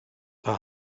paar